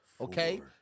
okay